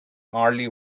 early